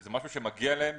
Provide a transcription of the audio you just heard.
זה משהו שמגיע להם